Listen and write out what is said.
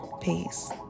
Peace